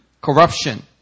corruption